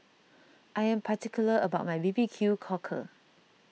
I am particular about my B B Q Cockle